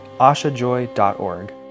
ashajoy.org